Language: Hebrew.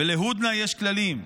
ולהודנה יש כללים.